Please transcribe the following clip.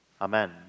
Amen